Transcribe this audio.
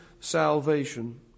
salvation